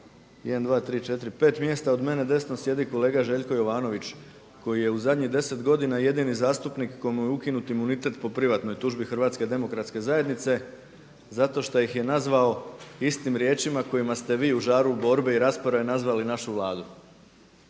1, 2, 3, 4, 5, mjesta od mene desno sjedi kolega Željko Jovanović koji je u zadnjih 10 godina jedini zastupnik kojemu je ukinut imunitet po privatnoj tužbi HDZ-a zato što ih je nazvao istim riječima kojima ste vi u žaru borbe i rasprave nazvali našu Vladu.